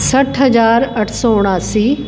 सठि हज़ार अठ सौ उणासीं